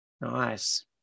Nice